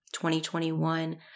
2021